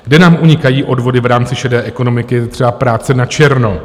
Kde nám unikají odvody v rámci šedé ekonomiky, je třeba práce načerno.